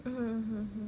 mm mmhmm